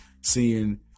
seeing